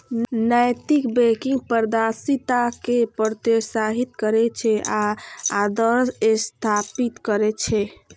नैतिक बैंकिंग पारदर्शिता कें प्रोत्साहित करै छै आ आदर्श स्थापित करै छै